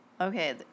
Okay